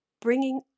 bringing